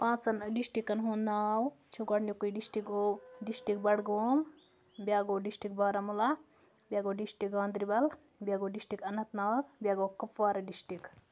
پانٛژَن ڈِسٹِرٛکَن ہُنٛد ناو چھُ گۄڈٕنیُکُے ڈِسٹِرٛک گوٚو ڈِسٹِرٛک بَڈگوم بیٛاکھ گوٚو ڈِسٹِرٛک بارہمولہ بیٛاکھ گوٚو ڈِسٹِرٛک گانٛدربل بیٛاکھ گوٚو ڈِسٹِرٛک اَننت ناگ بیٛاکھ گوٚو کپوارہ ڈِسٹِرٛک